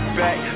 back